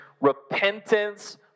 repentance